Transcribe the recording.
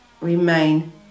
remain